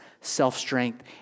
self-strength